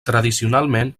tradicionalment